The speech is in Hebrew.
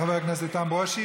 תודה רבה, חבר הכנסת איתן ברושי.